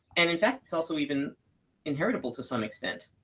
and in fact, it's also even inheritable to some extent.